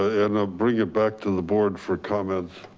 and bring it back to the board for comments.